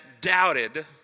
doubted